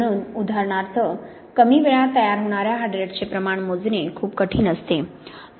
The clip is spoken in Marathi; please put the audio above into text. म्हणून उदाहरणार्थ कमी वेळात तयार होणार्या हायड्रेट्सचे प्रमाण मोजणे खूप कठीण असते